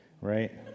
right